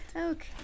Okay